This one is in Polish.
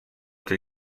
tej